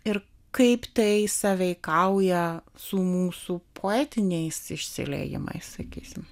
ir kaip tai sąveikauja su mūsų poetiniais išsiliejimai sakysim